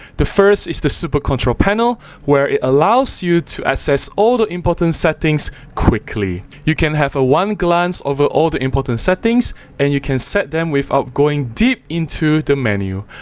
the first is the super control panel where it allows you to access all the important settings quickly. you can have a one glance over all the important settings and you can set them without going deep into the menu.